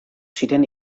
ziren